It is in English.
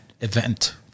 event